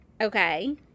Okay